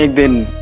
been